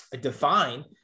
define